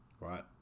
right